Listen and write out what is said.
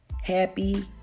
happy